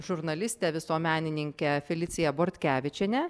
žurnalistę visuomenininkę feliciją bortkevičienę